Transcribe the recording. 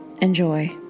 Enjoy